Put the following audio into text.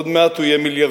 עוד מעט הוא יהיה מיליארדר.